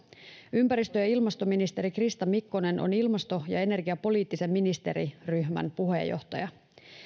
ympäristö ja ilmastoministeri krista mikkonen on ilmasto ja energiapoliittisen ministeriryhmän puheenjohtaja